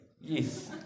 Yes